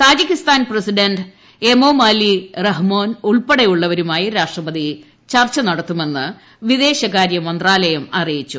Tajikistan president Emomali Rahmon ഉൾപ്പെടെയുള്ളവരുമായി രാഷ്ട്രങ്ങ പതി ചർച്ച നടത്തുമെന്ന് വിദേശകാര്യ മന്ത്രാലയം അറിയിച്ചു